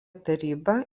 taryba